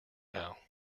now